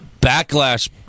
Backlash